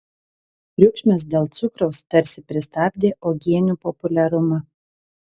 triukšmas dėl cukraus tarsi pristabdė uogienių populiarumą